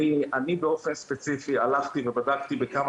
אני באופן ספציפי הלכתי ובדקתי בכמה